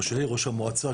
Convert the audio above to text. ראש המועצה,